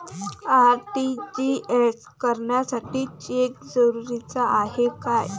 RTGS करासाठी cheque जरुरीचा हाय काय?